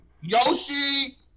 Yoshi